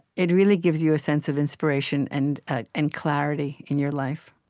it really gives you a sense of inspiration and ah and clarity in your life